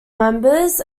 members